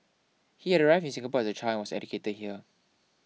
he had arrived in Singapore as a child and was educated here